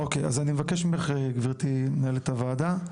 אוקיי, אז אני מבקש ממך גבירתי מנהלת הוועדה,